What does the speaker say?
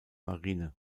marine